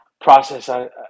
process